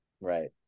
right